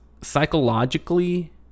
psychologically